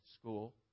school